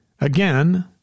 Again